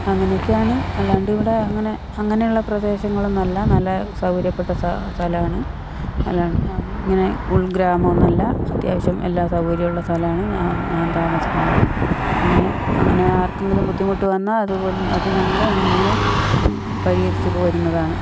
അങ്ങനെ ഒക്കെയാണ് അല്ലാണ്ട് ഇവിടെ അങ്ങനെ അങ്ങനെയുള്ള പ്രദേശങ്ങളൊന്നും അല്ല നല്ല സൗകര്യപ്പെട്ട സ്ഥലമാണ് ഇങ്ങനെ ഉൾഗ്രാമം ഒന്നും അല്ല അത്യാവശ്യം എല്ലാ സൗകര്യവും ഉള്ള സ്ഥലമാണ് ഞാൻ ഞാൻ താമസിക്കുന്നത് അങ്ങനെ അങ്ങനെ ആർക്കെങ്കിലും ബുദ്ധിമുട്ട് വന്നാൽ അതുപോലെതന്നെ അതു ഞങ്ങൾ എങ്ങനെയെങ്കിലും പരിഹരിച്ചു പോരുന്നതാണ്